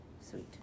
Sweet